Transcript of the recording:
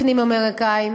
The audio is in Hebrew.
פנים-אמריקניים,